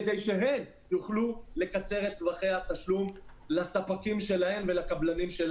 כדי שהן יוכלו לקצר את טווחי התשלום לספקים שלהן ולקבלנים שלהן.